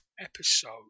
episode